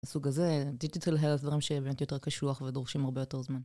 הסוג הזה, דיג'יטל הם הדברים שהם באמת יותר קשוח ודורשים הרבה יותר זמן.